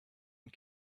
and